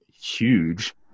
huge